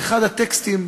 באחד הטקסטים,